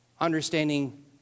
Understanding